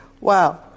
Wow